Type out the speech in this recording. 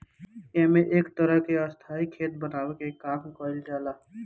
एमे एक तरह के स्थाई खेत बनावे के काम कईल जाला